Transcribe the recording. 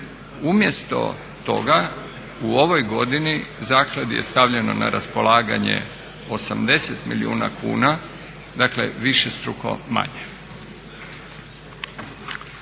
Umjesto toga u ovoj godini zakladi je stavljeno na raspolaganje 80 milijuna kuna, dakle višestruko manje.